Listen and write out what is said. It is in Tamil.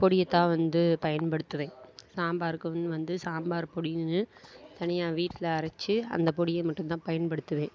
பொடியை தான் வந்து பயன்படுத்துவேன் சாம்பாருக்குன்னு வந்து சாம்பார் பொடின்னு தனியாக வீட்டில் அரைச்சி அந்த பொடியை மட்டுந்தான் பயன்படுத்துவேன்